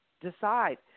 decide